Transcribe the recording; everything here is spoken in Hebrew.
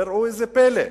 וראו זה פלא.